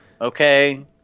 Okay